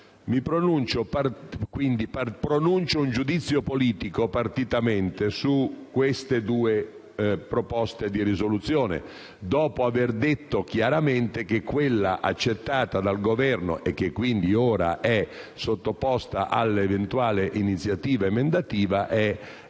Pronuncio un giudizio politico partitamente su queste due proposte di risoluzione, dopo aver detto chiaramente che quella accettata dal Governo (e che ora è sottoposta all'eventuale iniziativa emendativa) è